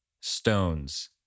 stones